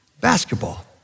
Basketball